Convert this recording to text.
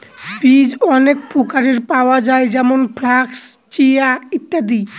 বীজ অনেক প্রকারের পাওয়া যায় যেমন ফ্লাক্স, চিয়া, ইত্যাদি